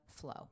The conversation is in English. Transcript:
flow